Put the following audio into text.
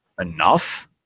enough